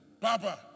Papa